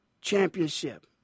Championship